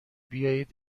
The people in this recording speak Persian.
بیایید